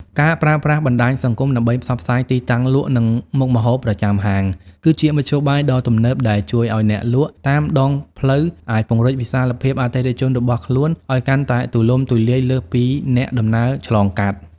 ការប្រើប្រាស់បណ្ដាញសង្គមដើម្បីផ្សព្វផ្សាយទីតាំងលក់ និងមុខម្ហូបប្រចាំហាង គឺជាមធ្យោបាយដ៏ទំនើបដែលជួយឱ្យអ្នកលក់តាមដងផ្លូវអាចពង្រីកវិសាលភាពអតិថិជនរបស់ខ្លួនឱ្យកាន់តែទូលំទូលាយលើសពីអ្នកដំណើរឆ្លងកាត់។